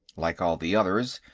like all the others,